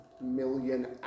million